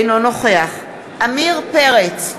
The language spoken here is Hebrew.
אינו נוכח עמיר פרץ,